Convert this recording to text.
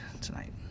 tonight